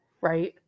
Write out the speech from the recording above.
Right